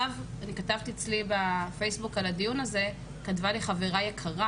כשכתבתי אצלי בפייסבוק על הדיון הזה כתבה לי חברה יקרה